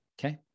okay